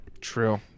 true